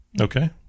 Okay